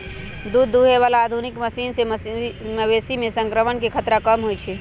दूध दुहे बला आधुनिक मशीन से मवेशी में संक्रमण के खतरा कम होई छै